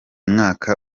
mwaka